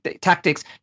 tactics